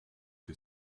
que